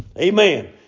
Amen